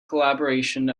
collaboration